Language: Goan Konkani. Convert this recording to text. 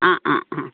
आं आं आं